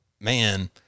man